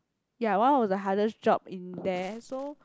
ya one of the hardest job in there so